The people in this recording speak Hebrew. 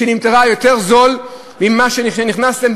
שנמכרה יותר בזול מאשר לפני שנכנסתם?